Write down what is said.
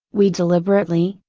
we deliberately,